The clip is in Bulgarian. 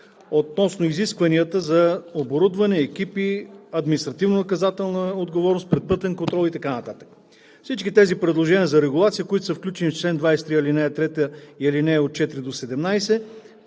относно изискванията за оборудване, екипи, административнонаказателна отговорност, предпътен контрол и така нататък. Всички тези предложения за регулация, които са включени в чл. 23, ал. 3 и алинеи от 4 до 17,